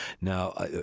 Now